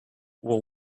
will